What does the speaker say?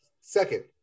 Second